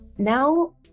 Now